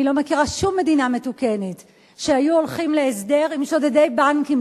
אני לא מכירה שום מדינה מתוקנת שהיו הולכים להסדר עם שודדי בנקים,